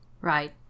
Right